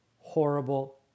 horrible